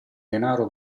denaro